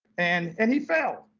and and he failed.